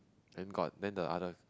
then got then the others